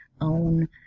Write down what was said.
own